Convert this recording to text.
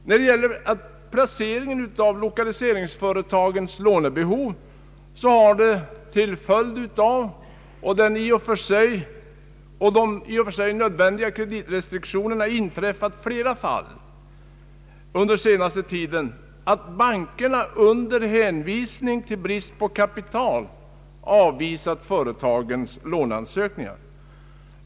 När det gäller placeringen av lokaliseringsföretagens lånebehov har det till följd av de i och för sig nödvändiga kreditrestriktionerna inträffat flera fall under den senaste tiden, där bankerna under hänvisning till brist på kapital avvisat företagens <låneansökningar.